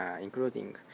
including